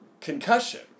Concussion